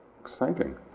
exciting